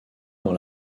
dans